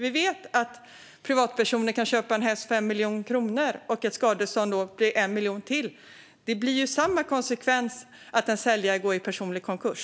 Vi vet att privatpersoner kan köpa en häst för 1 miljon kronor och att skadeståndet då blir 1 miljon kronor till. Det blir samma konsekvens, att en säljare går i personlig konkurs.